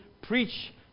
preach